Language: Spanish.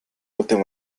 última